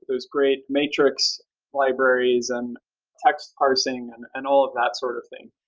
those great matrix libraries and text parsing and and all of that sort of thing.